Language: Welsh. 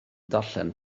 darllen